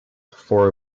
four